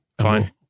fine